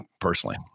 personally